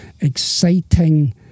exciting